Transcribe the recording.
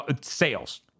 sales